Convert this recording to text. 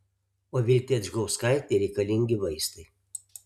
o viltei adžgauskaitei reikalingi vaistai